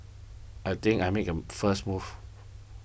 I think I'll make a first move